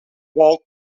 walt